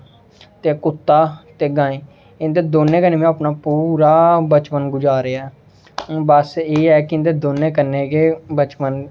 ते कुत्ता ते गाएं इं'दे दौनें कन्नै में अपना पुरा बचपन गुजारेआ ऐ हून बस एह् ऐ कि इं'दे दौनें कन्नै गै बचपन